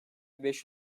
beş